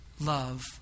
love